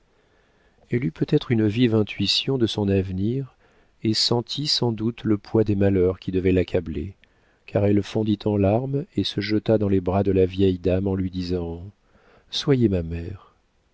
elle eut peut-être une vive intuition de son avenir et sentit sans doute le poids des malheurs qui devaient l'accabler car elle fondit en larmes et se jeta dans les bras de la vieille dame en lui disant soyez ma mère